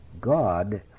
God